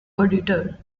auditor